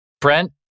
Brent